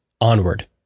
Onward